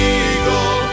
eagle